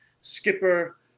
skipper